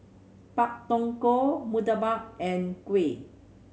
Pak Thong Ko murtabak and kuih